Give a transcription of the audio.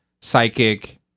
psychic